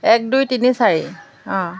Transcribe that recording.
এক দুই তিনি চাৰি অঁ